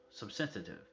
subsensitive